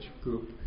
group